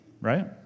Right